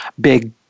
big